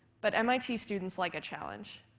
but mit students like a challenge,